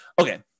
Okay